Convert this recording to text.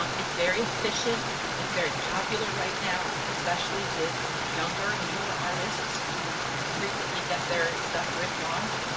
um it's very efficient it's very popular right now especially with younger newer artists who frequently get their stuff ripped off